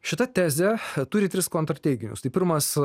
šita tezė turi tris kontrteiginius tai pirmas